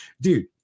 dude